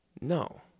No